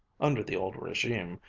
under the old regime,